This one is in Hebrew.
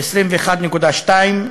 21.2%,